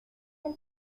del